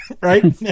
Right